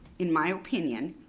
in my opinion,